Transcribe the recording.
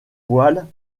voile